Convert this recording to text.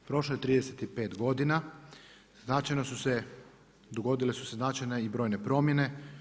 Prošlo je 35 godina, dogodile su se značajne i brojne promjene.